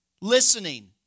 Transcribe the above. listening